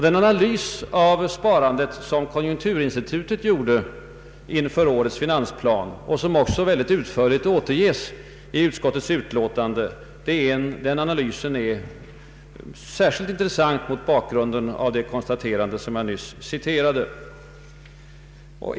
Den analys av sparandet som konjunkturinstitutet verkställde inför årets finansplan — och som utförligt återges i utskottets betänkande är mot den bakgrunden särskilt intressant.